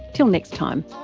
till next time